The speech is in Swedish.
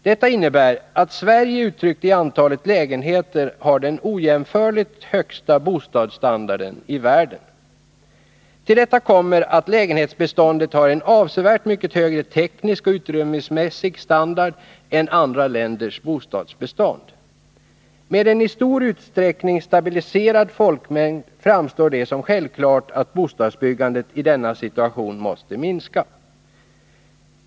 Detta innebär att Sverige uttryckt i antal lägenheter har den ojämförligt högsta bostadsstandarden i världen. Till detta kommer att lägenhetsbeståndet har en avsevärt mycket högre teknisk och utrymmesmässig standard än andra länders bostadsbestånd. Med en i stor utsträckning stabiliserad folkmängd framstår det som självklart att bostadsbyggandet i denna situation måste minska.